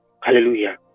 Hallelujah